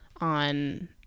on